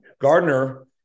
Gardner